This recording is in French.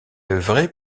œuvré